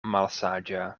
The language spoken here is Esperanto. malsaĝa